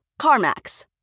CarMax